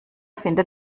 findet